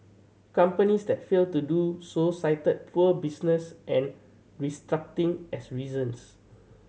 companies that failed to do so cited poor business and restructuring as reasons